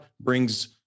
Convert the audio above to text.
brings